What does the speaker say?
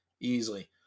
Easily